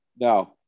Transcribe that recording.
No